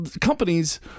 companies